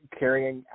carrying